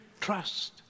trust